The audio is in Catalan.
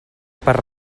per